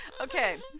Okay